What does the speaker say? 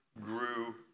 grew